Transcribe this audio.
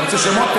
אתה רוצה שמות?